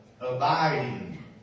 abiding